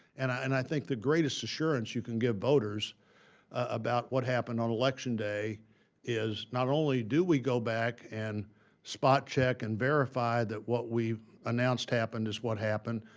and and i think the greatest assurance you can give voters about what happened on election day is not only do we go back and spot-check and verify that what we announced happened is what happened,